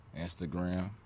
Instagram